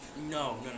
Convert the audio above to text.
No